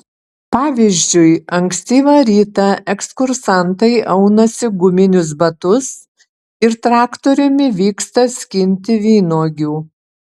pavyzdžiui ankstyvą rytą ekskursantai aunasi guminius batus ir traktoriumi vyksta skinti vynuogių